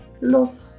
los